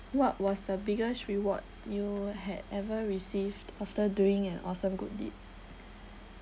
what was the biggest reward you had ever received after doing an awesome good deed